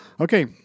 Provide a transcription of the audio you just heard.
Okay